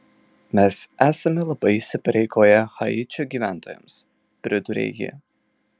mes esame labai įsipareigoję haičio gyventojams pridūrė ji